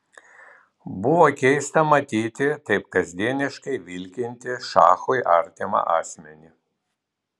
buvo keista matyti taip kasdieniškai vilkintį šachui artimą asmenį